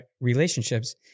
relationships